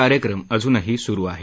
कार्यक्रम अजूनही सुरु आहे